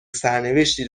سرنوشتی